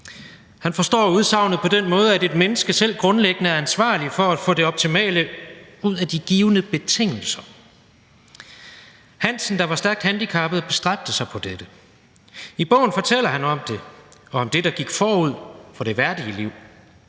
Han forstår udsagnet på den måde, at et menneske selv grundlæggende er ansvarlig for at få det optimale ud af de givne betingelser. Hansen, der var stærkt handicappet, bestræbte sig på dette. I bogen fortæller han om det og om det, der gik forud for det værdige liv,